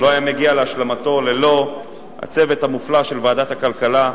לא היה מגיע להשלמתו ללא הצוות המופלא של ועדת הכלכלה,